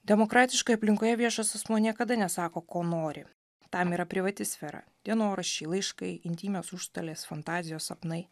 demokratiškoj aplinkoje viešas asmuo niekada nesako ko nori tam yra privati sfera dienoraščiai laiškai intymios užstalės fantazijos sapnai